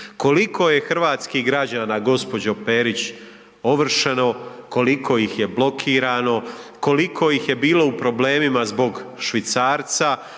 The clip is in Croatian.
Koliko je hrvatskih građana gospođo Perić ovršeno, koliko ih je blokirano, koliko ih je bilo u problemima zbog švicarca,